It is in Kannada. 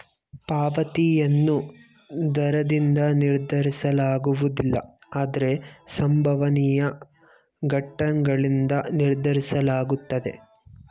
ಪಾವತಿಯನ್ನು ದರದಿಂದ ನಿರ್ಧರಿಸಲಾಗುವುದಿಲ್ಲ ಆದ್ರೆ ಸಂಭವನೀಯ ಘಟನ್ಗಳಿಂದ ನಿರ್ಧರಿಸಲಾಗುತ್ತೆ